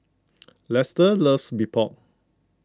Lester loves Mee Pok